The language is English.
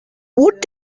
what